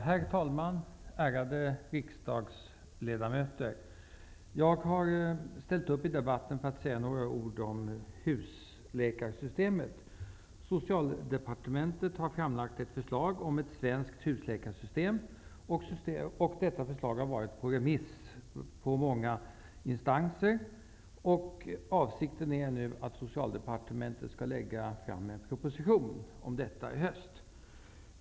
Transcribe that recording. Herr talman, ärade riksdagsledamöter! Jag har ställt upp i debatten för att säga några ord om husläkarsystemet. Socialdepartementet har framlagt ett förslag om ett svenskt husläkarsystem. Detta förslag har varit på remiss hos många instanser. Socialdepartementets avsikt är nu att lägga fram en proposition i ärendet i höst.